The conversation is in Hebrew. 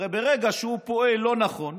הרי ברגע שהוא פועל לא נכון,